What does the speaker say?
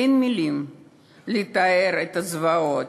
אין מילים לתאר את הזוועות.